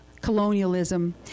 colonialism